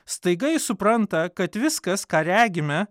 staiga ji supranta kad viskas ką regime